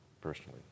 personally